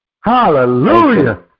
Hallelujah